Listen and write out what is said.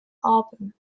album